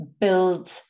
build